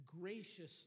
graciously